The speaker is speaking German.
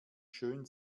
schön